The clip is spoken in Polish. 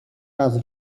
raz